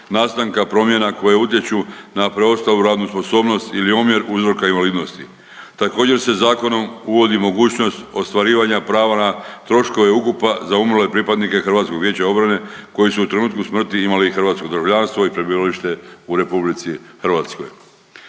nastanka promjena koje utječu na preostalu radnu sposobnost ili omjer uzroka invalidnosti. Također se zakonom uvodi mogućnost ostvarivanja prava na troškove ukopa za umrle pripadnike HVO-a koji su u trenutku smrti imali hrvatsko državljanstvo i prebivalište u RH.